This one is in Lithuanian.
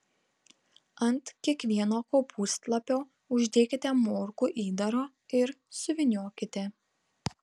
ant kiekvieno kopūstlapio uždėkite morkų įdaro ir suvyniokite